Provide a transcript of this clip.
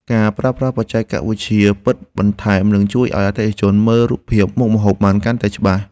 ការប្រើប្រាស់បច្ចេកវិទ្យាភាពពិតបន្ថែម នឹងជួយឱ្យអតិថិជនមើលរូបភាពមុខម្ហូបបានកាន់តែច្បាស់។